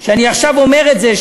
כשאני עכשיו אומר את זה,